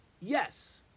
Yes